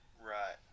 Right